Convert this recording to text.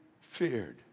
feared